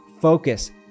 focus